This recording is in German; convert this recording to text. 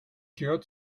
gehört